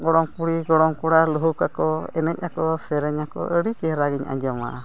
ᱜᱚᱲᱚᱢ ᱠᱩᱲᱤᱼ ᱜᱚᱲᱚᱢ ᱠᱚᱲᱟ ᱞᱩᱦᱩᱜ ᱟᱠᱚ ᱮᱱᱮᱡ ᱟᱠᱚ ᱥᱮᱨᱮᱧ ᱟᱠᱚ ᱟᱹᱰᱤ ᱪᱮᱦᱨᱟ ᱜᱮᱧ ᱟᱸᱡᱚᱢᱟ